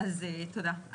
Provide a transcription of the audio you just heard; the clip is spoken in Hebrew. תודה.